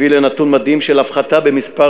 הביאו לנתון מדהים של הפחתת מספר